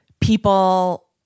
people